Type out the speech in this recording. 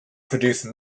produce